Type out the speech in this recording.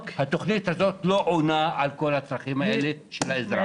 התוכנית הזו לא עונה על כל הצרכים האלה של האזרח.